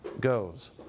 goes